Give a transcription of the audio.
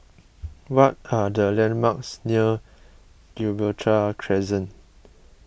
what are the landmarks near Gibraltar Crescent